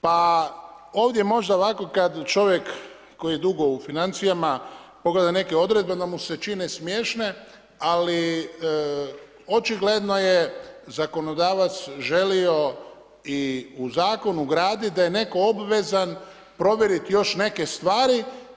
Pa ovdje možda ovako kad čovjek koji je dugo u financijama pogleda neke odredbe, onda mu se čine smiješne, ali očigledno je zakonodavac želio i u zakon ugraditi da je netko obvezan provjeriti još neke stvari.